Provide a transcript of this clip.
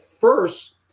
first